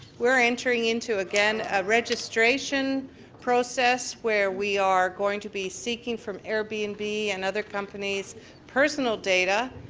we're entering into again a registration process where we are going to be seeking from air bnb and other companies personal data.